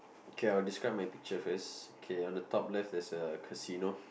okay I will describe my picture first okay on the top left there's a casino